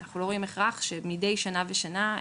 אנחנו לא רואים הכרח שמדי שנה בשנה,